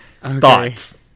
thoughts